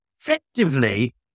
effectively